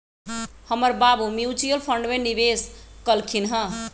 हमर बाबू mutual fund में निवेश कलखिंन्ह ह